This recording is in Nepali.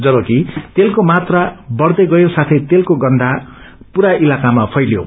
जबकि तेलको मात्रा बढ़दै गयो साथै तेलको गन्व पूरा इलकामा फैलियो